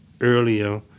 earlier